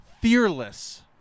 fearless